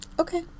Okay